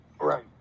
Right